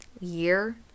year